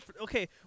Okay